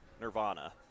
Nirvana